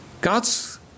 God's